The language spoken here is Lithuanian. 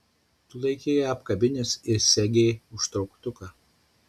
tu laikei ją apkabinęs ir segei užtrauktuką